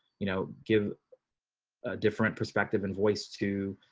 you know, give different perspective and voice to